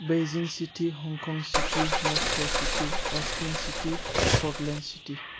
Beijing city Hong Kong city Moscow city Austin city Portland city